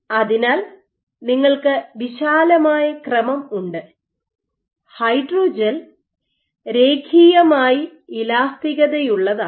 അതിനാൽ നിങ്ങൾക്ക് വിശാലമായ ക്രമം ഉണ്ട് ഹൈഡ്രോജെൽ രേഖീയമായി ഇലാസ്റ്റികതയുള്ളതാണ്